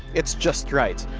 it's just right,